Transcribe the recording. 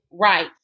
right